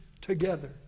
together